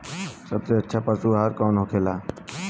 सबसे अच्छा पशु आहार कौन होखेला?